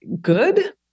good